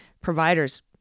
providers